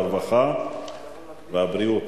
הרווחה והבריאות,